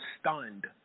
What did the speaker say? stunned